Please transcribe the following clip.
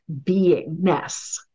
beingness